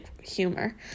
humor